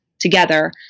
together